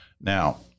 Now